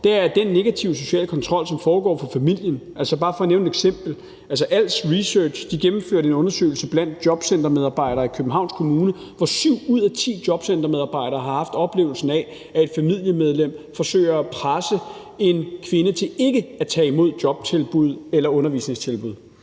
til den negative sociale kontrol, der foregår fra familiens side. Bare for at nævne et eksempel kan jeg sige, at Als Research gennemførte en undersøgelse blandt jobcentermedarbejdere i Københavns Kommune, hvor syv ud af ti jobcentermedarbejdere har haft oplevelsen af, at et familiemedlem forsøger at presse en kvinde til ikke at tage imod jobtilbud eller undervisningstilbud.